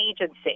agency